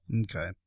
Okay